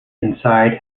inside